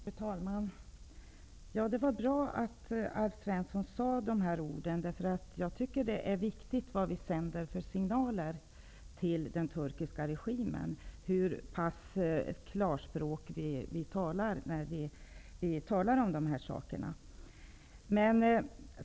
Fru talman! Det var bra att Alf Svensson sade dessa ord. Jag tycker att det är viktigt vad vi sänder för signaler till den turkiska regimen och hur pass mycket klarspråk vi talar när det gäller dessa saker.